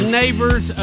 neighbors